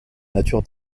nature